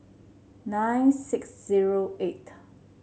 nine six zero eighth